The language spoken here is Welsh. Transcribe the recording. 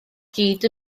gyd